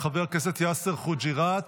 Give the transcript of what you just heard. חבר הכנסת יאסר חוג'יראת,